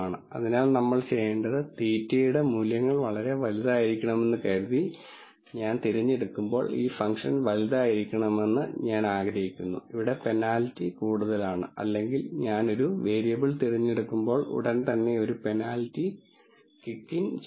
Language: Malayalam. അതിനാൽ നമ്മൾ ചെയ്യേണ്ടത് θ യുടെ മൂല്യങ്ങൾ വളരെ വലുതായിരിക്കണമെന്ന് കരുതി ഞാൻ തിരഞ്ഞെടുക്കുമ്പോൾ ഈ ഫംഗ്ഷൻ വലുതായിരിക്കണമെന്ന് ഞാൻ ആഗ്രഹിക്കുന്നു ഇവിടെ പെനാൽറ്റി കൂടുതലാണ് അല്ലെങ്കിൽ ഞാൻ ഒരു വേരിയബിൾ തിരഞ്ഞെടുക്കുമ്പോൾ ഉടൻ തന്നെ ഒരു പെനാൽറ്റി കിക്ക് ഇൻ ചെയ്യുന്നു